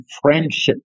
friendship